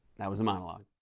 that was the monologue.